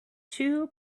two